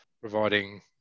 providing